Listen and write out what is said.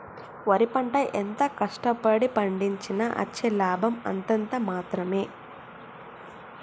వరి పంట ఎంత కష్ట పడి పండించినా అచ్చే లాభం అంతంత మాత్రవే